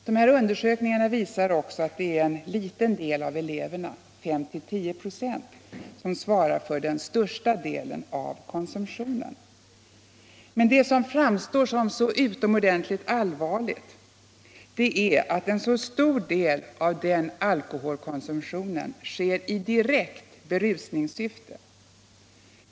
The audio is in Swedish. Dessa undersökningar visar också att det är en liten del av eleverna — 5-10 926 — som svarar för den största delen av konsumtionen. Men det som framstår som så utomordentligt allvarligt är att så stor del av den alkoholkonsumtionen sker i direkt berusningssyfte.